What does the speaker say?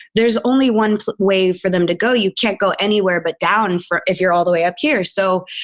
there's only one way for them to go. you can't go anywhere but down for, if you're all the way up here. so,